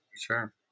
Sure